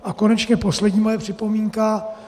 A konečně poslední moje připomínka.